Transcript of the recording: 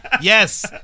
yes